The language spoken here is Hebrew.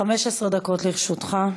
15 דקות לרשותך.